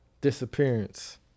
Disappearance